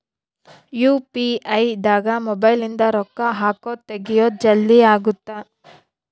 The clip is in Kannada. ಯು.ಪಿ.ಐ ದಾಗ ಮೊಬೈಲ್ ನಿಂದ ರೊಕ್ಕ ಹಕೊದ್ ತೆಗಿಯೊದ್ ಜಲ್ದೀ ಅಗುತ್ತ